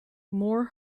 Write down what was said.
more